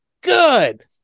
good